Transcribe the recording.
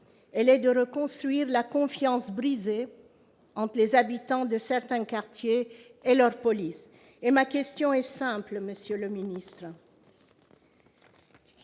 il faut reconstruire la confiance brisée entre les habitants de certains quartiers et leur police. Ma question est simple. Monsieur le ministre,